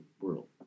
world